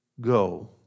go